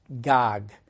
Gog